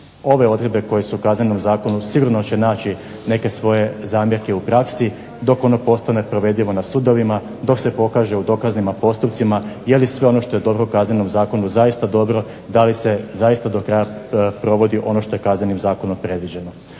ove odredbe koje su u Kaznenom zakonu sigurno će naći neke zamjerke u praksi dok ono postane provedivo na sudovima, dok se pokaže u dokaznim postupcima je li sve ono što je dobro u Kaznenom zakonu zaista dobro da li se zaista do kraja provodi ono što je Kaznenim zakonom predviđeno.